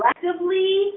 collectively